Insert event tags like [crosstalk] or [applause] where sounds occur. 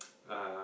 [noise] uh